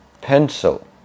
Pencil